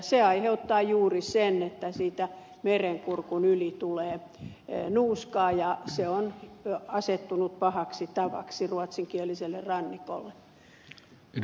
se aiheuttaa juuri sen että siitä merenkurkun yli tulee nuuskaa ja se on asettunut pahaksi tavaksi ruotsinkieliselle rannikolle